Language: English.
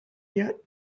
yet